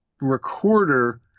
recorder